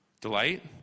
delight